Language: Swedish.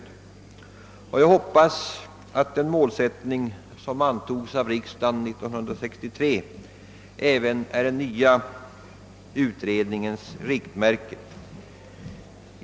Jag hoppas att den målsättning som fastställdes av riks dagen år 1963 även är den nya utredningens riktmärke.